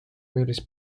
meeles